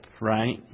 right